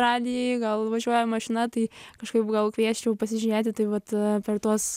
radijui gal važiuoja mašina tai kažkaip gal kviesčiau pasižiūrėti tai vat per tuos